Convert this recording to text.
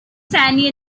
sandy